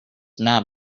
not